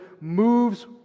moves